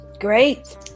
Great